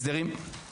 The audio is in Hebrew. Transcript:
הסדרים מיוחדים, מה?